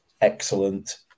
excellent